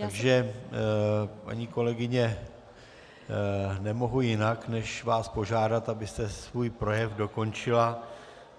Takže paní kolegyně, nemohu jinak než vás požádat, abyste svůj projev dokončila